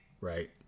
Right